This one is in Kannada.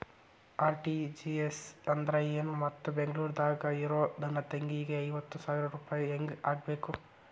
ಆರ್.ಟಿ.ಜಿ.ಎಸ್ ಅಂದ್ರ ಏನು ಮತ್ತ ಬೆಂಗಳೂರದಾಗ್ ಇರೋ ನನ್ನ ತಂಗಿಗೆ ಐವತ್ತು ಸಾವಿರ ರೂಪಾಯಿ ಹೆಂಗ್ ಹಾಕಬೇಕು?